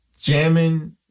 jamming